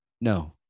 no